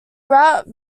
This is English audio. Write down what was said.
route